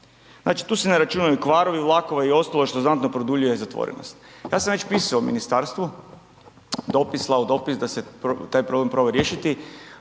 znači tu se ne računaju kvarovi vlakova i ostalo što znatno produljuje zatvorenost. Ja sam već pisao ministarstvu dopis, slao dopis da se taj problem proba riješiti,